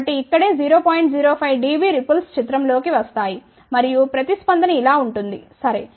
05 dB ripples చిత్రంలోకి వస్తాయి మరియు ప్రతిస్పందన ఇలా ఉంటుంది సరే